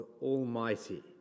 Almighty